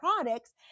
products